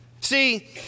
See